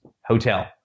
hotel